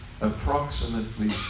approximately